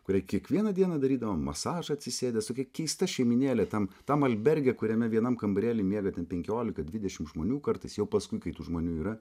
kuriai kiekvieną dieną darydavo masažą atsisėdęs tokia keista šeimynėlė tam tam alberge kuriame vienam kambarėly ten miega ten penkiolika dvidešimt žmonių kartais jau paskui kai tų žmonių yra